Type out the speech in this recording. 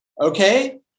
okay